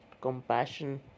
compassion